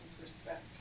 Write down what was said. respect